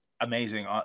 amazing